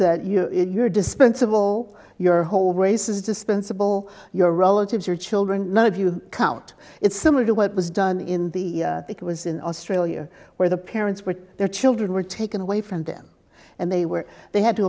that you are dispensable your whole race is dispensable your relatives your children none of you count it's similar to what was done in the it was in australia where the parents were their children were taken away from them and they were they had to